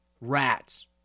rats